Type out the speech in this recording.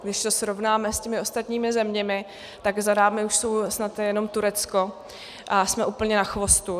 Když to srovnáme s ostatními zeměmi, tak za námi už je snad jenom Turecko, a jsme úplně na chvostu.